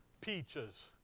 peaches